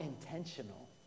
intentional